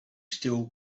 still